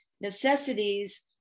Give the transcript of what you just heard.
necessities